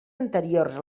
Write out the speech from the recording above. anteriors